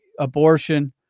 abortion